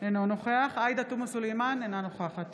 אינו נוכח עאידה תומא סלימאן, אינה נוכחת